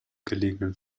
gelegenen